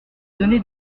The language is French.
donnait